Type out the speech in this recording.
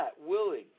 willing